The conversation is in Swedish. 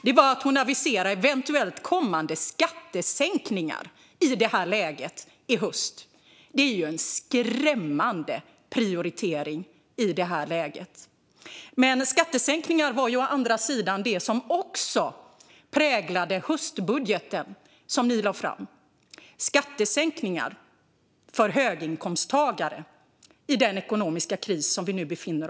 Det var att hon aviserar eventuella kommande skattesänkningar i detta läge i höst. Det är en skrämmande prioritering i detta läge. Å andra sidan var ju skattesänkningar det som präglade även den höstbudget regeringen lade fram i den ekonomiska kris vi nu befinner oss i - skattesänkningar för höginkomsttagare.